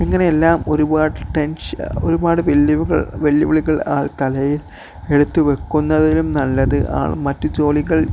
ഇങ്ങനെയെല്ലാം ഒരുപാട് ഒരുപാട് വെല്ലുവിളികൾ അയാൾ തലയിൽ എടുത്തുവെയ്ക്കുന്നതിലും നല്ലത് അയാൾ മറ്റ് ജോലികൾ